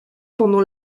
pendant